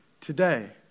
today